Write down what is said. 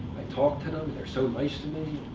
i talk to them, they're so nice to me.